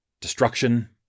Destruction